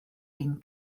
ein